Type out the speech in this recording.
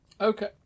Okay